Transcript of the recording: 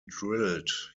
drilled